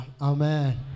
Amen